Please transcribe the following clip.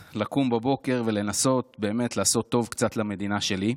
בבוקר ולנסות באמת לעשות טוב קצת למדינה שלי?